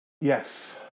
Yes